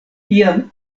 iam